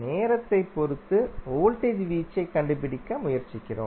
நேரத்தைப் பொறுத்து வோல்டேஜ் வீச்சைக் கண்டுபிடிக்க முயற்சிக்கிறோம்